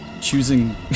choosing